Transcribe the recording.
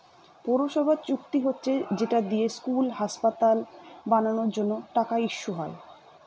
পৌরসভার চুক্তি হচ্ছে যেটা দিয়ে স্কুল, হাসপাতাল বানানোর জন্য টাকা ইস্যু হয়